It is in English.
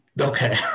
Okay